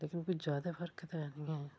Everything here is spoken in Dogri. लेकिन फ्ही ज्यादा फर्क ते ऐ नी ऐ